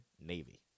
Navy